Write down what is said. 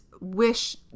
wish